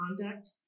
conduct